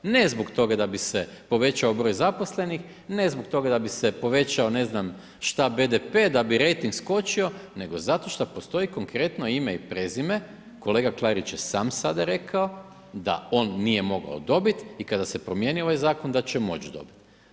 Ne zbog toga da bi se povećao broj zaposlenih, ne zbog toga da bise povećao ne znam šta BDP, da bi rejting skočio, nego zato što postoji konkretno ime i prezime, kolega Klarić je sam sada rekao da on nije mogao dobit i kada se promijeni ovaj zakon, da će moći dobit.